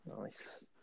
Nice